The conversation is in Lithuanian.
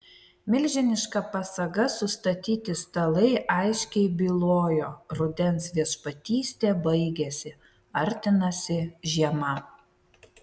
milžiniška pasaga sustatyti stalai aiškiai bylojo rudens viešpatystė baigiasi artinasi žiema